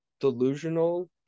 delusional